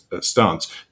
stance